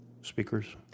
speakers